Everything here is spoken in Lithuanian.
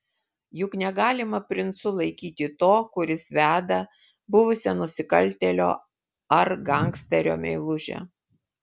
juk negalima princu laikyti to kuris veda buvusią nusikaltėlio ar gangsterio meilužę